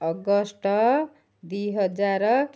August ଦୁଇ ହଜାର